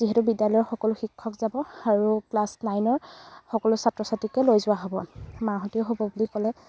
যিহেতু বিদ্যালয়ৰ সকলো শিক্ষক যাব আৰু ক্লাছ নাইনৰ সকলো ছাত্ৰ ছাত্ৰীকে লৈ যোৱা হ'ব মাহঁতেও হ'ব বুলি ক'লে